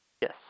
Yes